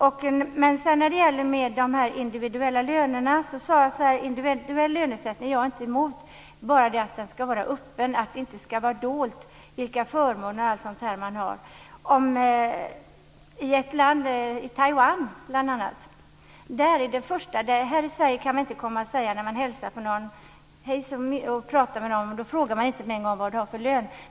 Jag sade inte att jag är emot individuell lönesättning, men den ska vara öppen. Det ska inte vara dolt vilka förmåner man har. Här i Sverige frågar man inte vad människor har för lön när man träffar dem första gången.